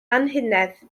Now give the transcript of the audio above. anhunedd